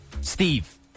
Steve